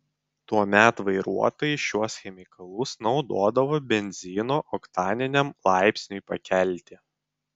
tuomet vairuotojai šiuos chemikalus naudodavo benzino oktaniniam laipsniui pakelti